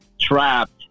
trapped